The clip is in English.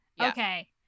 Okay